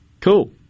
Cool